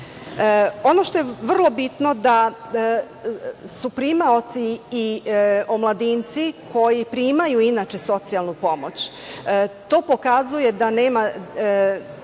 što je vrlo bitno da su primaoci i omladinci koji primaju inače socijalnu pomoć, to pokazuje da nema